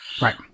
Right